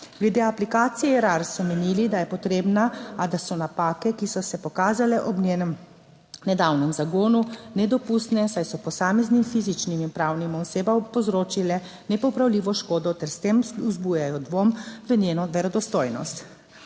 Glede aplikacije Erar so menili, da je potrebna, a da so napake, ki so se pokazale ob njenem nedavnem zagonu, nedopustne, saj so posameznim fizičnim in pravnim osebam povzročile nepopravljivo škodo ter s tem vzbujajo dvom v njeno verodostojnost.